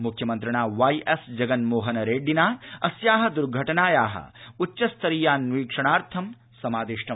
मुख्यमन्त्रिणा वाईएस् जगन्मोहन रेड्डिना अस्या द्र्घटनाया उच्च स्तरीयान्वीक्षणार्थं समादिष्टम्